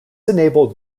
enabled